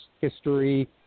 history